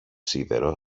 σίδερο